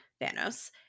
Thanos